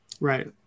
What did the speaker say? Right